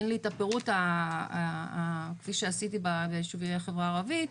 אין לי את הפירוט כפי שעשיתי ביישובי החברה הערבית,